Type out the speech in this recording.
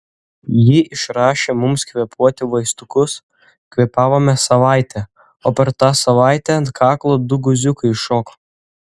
ji išrašė mums kvėpuoti vaistukus kvėpavome savaitę o per tą savaitę ant kaklo du guziukai iššoko